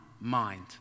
mind